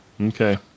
Okay